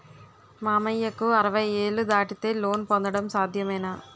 మామయ్యకు అరవై ఏళ్లు దాటితే లోన్ పొందడం సాధ్యమేనా?